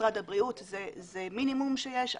משרד הבריאות זה מינימום שיש.